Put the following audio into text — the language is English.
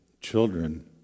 children